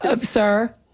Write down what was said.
Sir